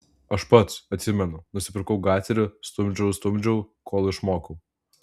aš pats atsimenu nusipirkau gaterį stumdžiau stumdžiau kol išmokau